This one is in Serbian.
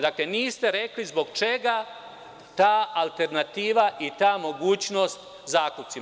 Dakle, niste rekli zbog čega ta alternativa i ta mogućnost zakupcima.